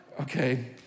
Okay